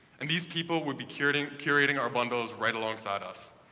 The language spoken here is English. and these people would be curating curating our bundles right alongside us.